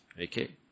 okay